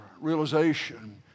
realization